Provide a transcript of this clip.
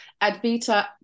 Advita